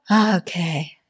Okay